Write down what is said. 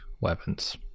weapons